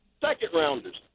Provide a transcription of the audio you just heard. second-rounders